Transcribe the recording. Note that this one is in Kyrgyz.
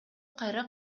кайра